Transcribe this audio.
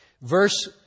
Verse